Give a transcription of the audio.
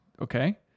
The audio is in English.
Okay